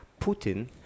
Putin